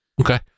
Okay